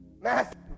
Matthew